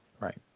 right